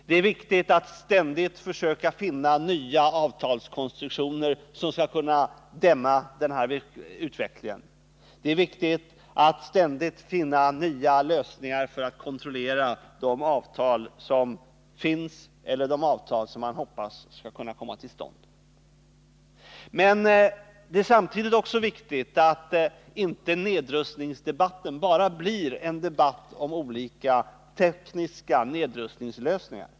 Det är nödvändigt att ständigt försöka finna nya avtalskonstruktioner som kan dämma denna utveckling. Det är viktigt att ständigt finna nya lösningar för att kontrollera de avtal som finns eller som man hoppas skall kunna komma till stånd. Men samtidigt är det också viktigt att nedrustningsdebatten inte blir en debatt bara om olika tekniska nedrustningslösningar.